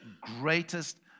greatest